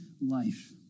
life